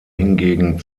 hingegen